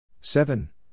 Seven